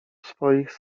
swoich